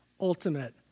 ultimate